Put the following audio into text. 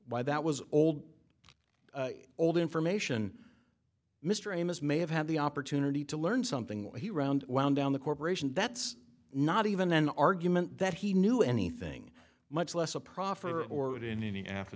by that was old old information mr amos may have had the opportunity to learn something while he round wound down the corporation that's not even an argument that he knew anything much less a proffer or that in any